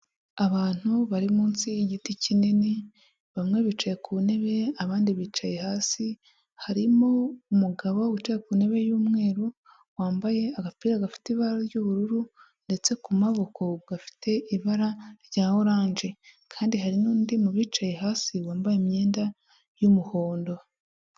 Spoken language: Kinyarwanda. Abantu bari munsi y'igiti kinini, bamwe bicaye ku ntebe abandi bicaye hasi, harimo umugabo wicaye ku ntebe y'umweru, wambaye agapira gafite ibara ry'ubururu, ndetse ku maboko gafite ibara rya oranje, kandi hari n'undi mu bicaye hasi wambaye imyenda y'umuhondo.